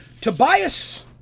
Tobias